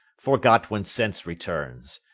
forgot when sense returns.